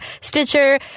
Stitcher